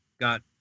got